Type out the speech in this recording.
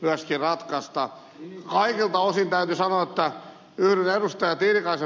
kaikilta osin täytyy sanoa että yhdyn ed